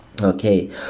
Okay